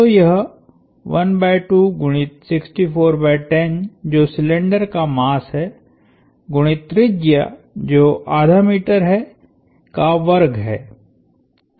तो यह 12 गुणित 6410 जो सिलिंडर का मास है गुणित त्रिज्या जो 12 मीटर है का वर्ग है